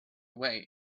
way